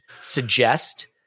suggest